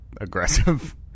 aggressive